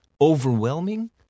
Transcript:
overwhelming